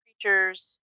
creatures